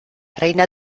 reina